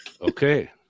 Okay